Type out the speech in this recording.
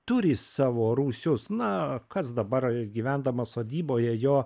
turi savo rūsius na kas dabar gyvendamas sodyboje jo